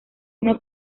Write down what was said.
uno